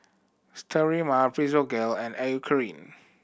Sterimar Physiogel and Eucerin